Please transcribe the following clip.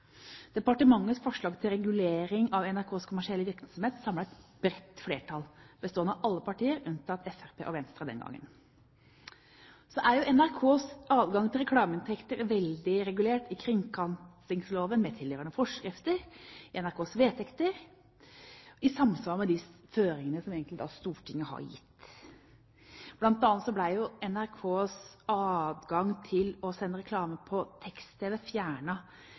Departementets forslag til regulering av NRKs kommersielle virksomhet samlet et bredt flertall bestående av alle partier unntatt Fremskrittspartiet og Venstre den gangen. NRKs adgang til reklameinntekter er jo veldig regulert i kringkastingsloven med tilhørende forskrifter og i NRKs vedtekter, i samsvar med de føringene Stortinget har gitt. Blant annet ble NRKs adgang til å sende reklame på